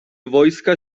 wojska